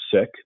sick